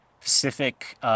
Pacific